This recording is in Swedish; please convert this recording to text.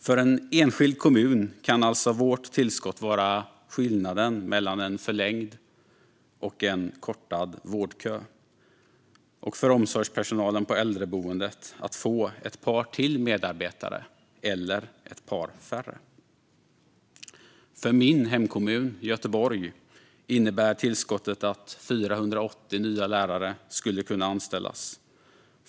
För en enskild kommun kan alltså vårt tillskott vara skillnaden mellan en förlängd och en kortad vårdkö, eller att omsorgspersonalen på äldreboendet kan få ett par till medarbetare i stället för ett par färre. För min hemkommun Göteborg innebär tillskottet att 480 nya lärare skulle kunna anställas.